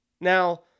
Now